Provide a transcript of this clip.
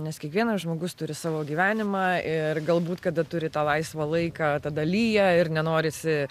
nes kiekvienas žmogus turi savo gyvenimą ir galbūt kada turi tą laisvą laiką tada lyja ir nenorisi